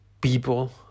people